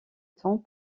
temps